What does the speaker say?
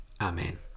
Amen